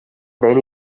then